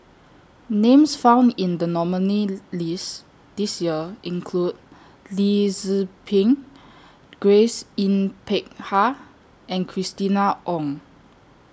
Names found in The nominees' list This Year include Lee Tzu Pheng Grace Yin Peck Ha and Christina Ong